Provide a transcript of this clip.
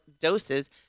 doses